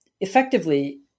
effectively